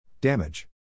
Damage